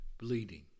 Bleeding